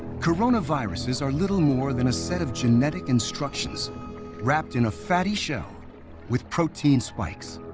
coronaviruses are little more than a set of genetic instructions wrapped in a fatty shell with protein spikes.